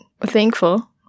thankful